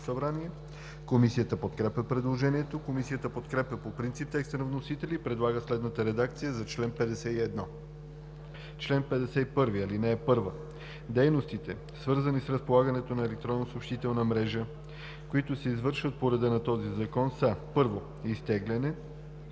събрание. Комисията подкрепя предложението. Комисията подкрепя по принцип текста на вносителя и предлага следната редакция за чл. 51: „Чл. 51. (1) Дейностите, свързани с разполагането на електронна съобщителна мрежа, които се извършват по реда на този закон, са: 1. изтегляне